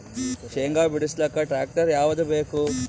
ಶೇಂಗಾ ಬಿಡಸಲಕ್ಕ ಟ್ಟ್ರ್ಯಾಕ್ಟರ್ ಯಾವದ ಬೇಕು?